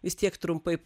vis tiek trumpai